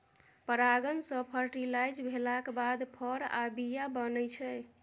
परागण सँ फर्टिलाइज भेलाक बाद फर आ बीया बनै छै